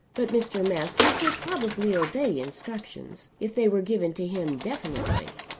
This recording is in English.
but mr. masters would probably obey instructions if they were given to him definitely.